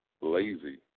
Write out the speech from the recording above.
lazy